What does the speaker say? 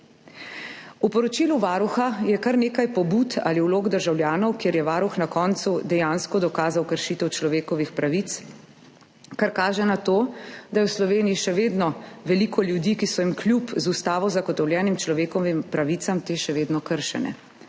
V poročilu Varuha je kar nekaj pobud ali vlog državljanov, kjer je Varuh na koncu dejansko dokazal kršitev človekovih pravic, kar kaže na to, da je v Sloveniji še vedno veliko ljudi, ki so jim kljub z ustavo zagotovljenim človekovim pravicam te še vedno kršene.